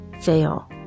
fail